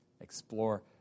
explore